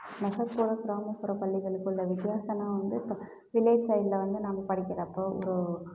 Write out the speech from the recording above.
நகர்ப்புற கிராமப்புற பள்ளிகளுக்குள்ளே வித்தியாசம்னா வந்து இப்போ வில்லேஜ் சைட்டில் வந்து நம்ப படிக்கிறப்போ ஒரு